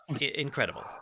incredible